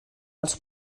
els